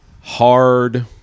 hard